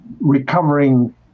recovering